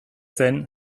zen